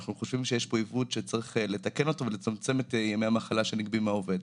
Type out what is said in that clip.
אנחנו חושבים שצריך לצמצם את ימי המחלה שנגבו מהעובד.